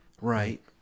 Right